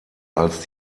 als